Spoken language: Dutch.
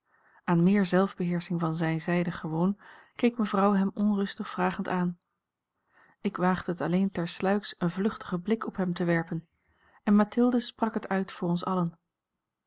aan meer zelfbeheersching van zijne zijde gewoon keek mevrouw hem onrustig vragend aan ik waagde het alleen tersluiks een vluchtigen blik op hem te werpen en mathilde sprak het uit voor ons allen